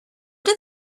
did